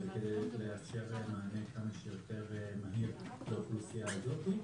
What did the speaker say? וכדי לאפשר מענה כמה שיותר מהיר לאוכלוסייה הזאת.